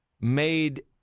made